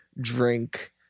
drink